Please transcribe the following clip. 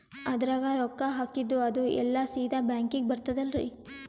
ಅದ್ರಗ ರೊಕ್ಕ ಹಾಕಿದ್ದು ಅದು ಎಲ್ಲಾ ಸೀದಾ ಬ್ಯಾಂಕಿಗಿ ಬರ್ತದಲ್ರಿ?